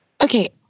Okay